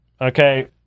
Okay